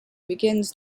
begins